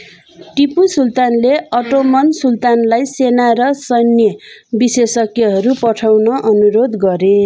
तिपु सुल्तानले अट्टोमन सुल्तानलाई सेना र सैन्य विशेषज्ञहरू पठाउन अनुरोध गरे